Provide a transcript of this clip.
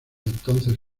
entonces